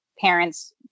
parents